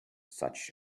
such